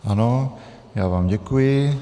Ano, já vám děkuji.